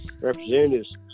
representatives